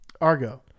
Argo